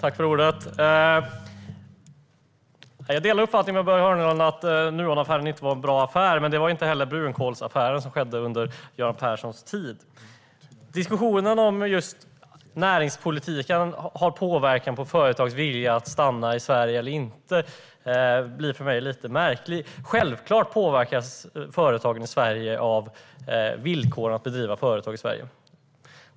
Herr talman! Jag delar Börje Vestlunds uppfattning om att Nuonaffären inte var en bra affär, men det var inte heller brunkolsaffären som skedde under Göran Perssons tid. Diskussionen som handlar om huruvida näringspolitiken har påverkan på företagens vilja att stanna i Sverige eller inte blir för mig lite märklig. Självklart påverkas företagen i Sverige av villkoren för att bedriva företag i Sverige.